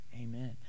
Amen